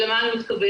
ולמה אני מתכוונת?